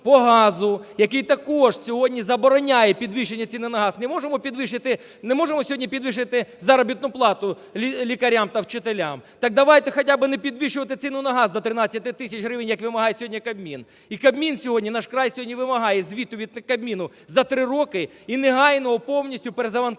який також сьогодні забороняє підвищення ціни на газ. Не можемо підвищити, не можемо сьогодні підвищити заробітну плату лікарям та вчителям, так давайте хоча б не підвищувати ціну на газ до 13 тисяч гривень, як вимагає сьогодні Кабмін. І Кабмін сьогодні, "Наш край" сьогодні вимагає звіту від Кабміну, за три роки і негайного повністю перезавантаження